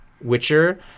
Witcher